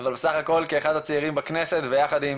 אבל בסך הכול כאחד הצעירים בכנסת, ביחד עם